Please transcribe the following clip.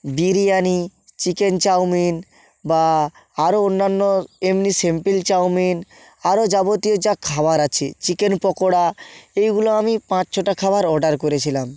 biryani chicken chowmein বা আরও অন্যান্য এমনি সিম্পল চাউমিন আরও যাবতীয় যা খাবার আছে চিকেন পকোড়া এইগুলো আমি পাঁচ ছটা খাবার অর্ডার করেছিলাম